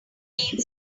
need